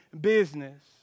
business